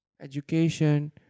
education